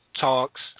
talks